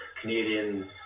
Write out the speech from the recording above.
Canadian